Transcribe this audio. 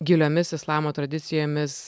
giliomis islamo tradicijomis